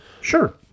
Sure